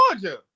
Georgia